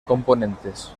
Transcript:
componentes